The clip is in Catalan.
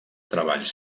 treballs